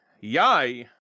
Yai